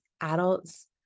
adults